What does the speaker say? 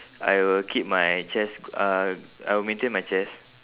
I will keep my chest uh I will maintain my chest